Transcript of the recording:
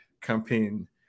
campaign